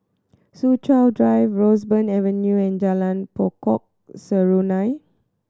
Soo Chow Drive Roseburn Avenue and Jalan Pokok Serunai